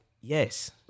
yes